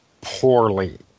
poorly